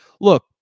look